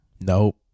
Nope